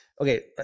okay